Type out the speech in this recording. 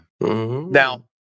now